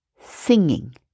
singing